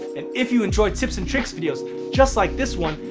and if you enjoy tips and tricks videos just like this one,